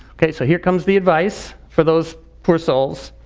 okay, so here comes the advice for those poor souls.